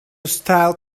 style